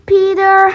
Peter